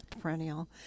perennial